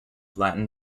latin